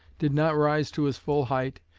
did not rise to his full height,